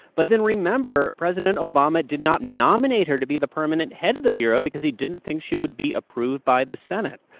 but then remember. president obama did not nominate her to be the permanent head of the bureau because he didn't think she would be approved by the senate.